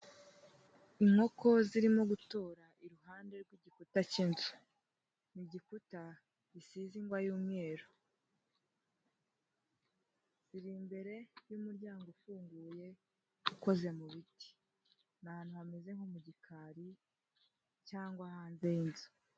Inkoko zirimo gutora iruhande rw'igikuta cy'inzu. Ni igikuta gisize ingwa y'umweru. Iri imbere y'umuryango ufunguye ukoze mu biti. Ni ahantu hameze nko mu gikari cyangwa hanze y'inzu.